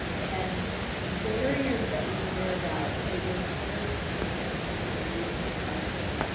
and the barriers that we hear about so there's barriers to addiction and barriers to chronic pain.